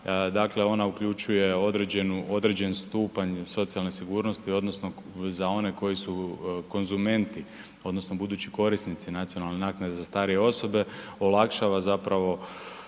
Dakle, ona uključuje određenu, određen stupanj socijalne sigurnosti odnosno za one koji su konzumenti odnosno budući korisnici nacionalne naknade za starije osobe olakšava zapravo